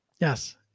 Yes